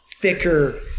thicker